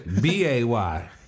b-a-y